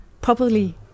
properly